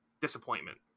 disappointment